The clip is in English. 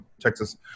Texas